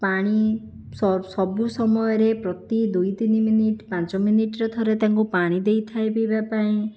ପାଣି ସବୁ ସମୟରେ ପ୍ରତି ଦୁଇ ତିନି ମିନିଟ୍ ପାଞ୍ଚ ମିନିଟ୍ରେ ଥରେ ତାଙ୍କୁ ପାଣି ଦେଇଥାଏ ପିଇବା ପାଇଁ